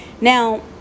Now